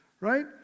Right